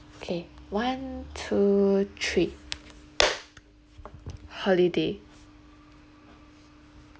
okay one two three holiday